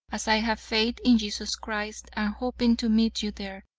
as i have faith in jesus christ, and, hoping to meet you there,